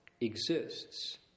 exists